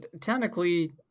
technically